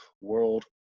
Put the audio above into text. World